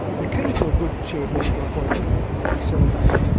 the key to a good shared medical appointment is the facilitator,